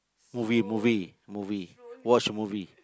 movie movie movie watch movie